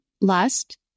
lust